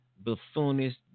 buffoonish